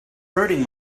hurting